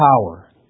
power